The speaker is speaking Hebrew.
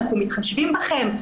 אנחנו מתחשבים בכם,